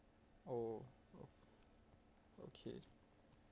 oh okay